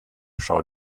schau